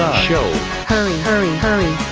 so hurry hurry hurry